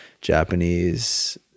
Japanese